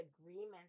agreements